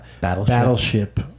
Battleship